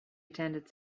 attended